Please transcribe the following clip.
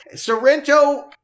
Sorrento